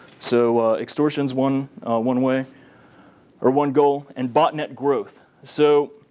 so extortion is one one way or one goal. and botnet growth. so